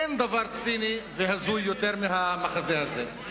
אין דבר ציני והזוי יותר מהמחזה הזה.